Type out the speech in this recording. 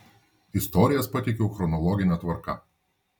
istorijas pateikiau chronologine tvarka